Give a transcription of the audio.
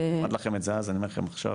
אמרתי את זה אז ואני אומר את זה עכשיו,